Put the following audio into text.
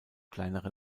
kleinere